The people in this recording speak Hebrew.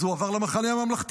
אז הוא עבר למחנה הממלכתי,